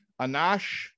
Anash